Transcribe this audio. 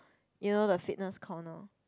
you know the fitness corner